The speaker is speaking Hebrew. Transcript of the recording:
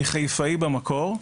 אני חיפאי במקור.